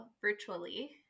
virtually